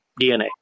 DNA